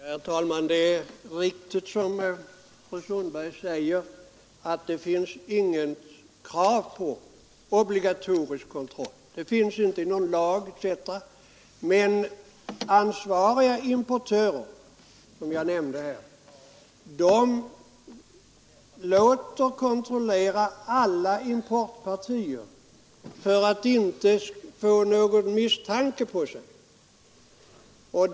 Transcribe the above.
Herr talman! Det är riktigt, som fru Sundberg säger, att det inte i lag eller annorstädes finns något stadgat om obligatorisk kontroll. Men ansvariga importörer låter, som jag nämnde, kontrollera alla importpartier för att ingen misstanke skall falla på dem.